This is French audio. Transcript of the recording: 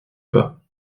pas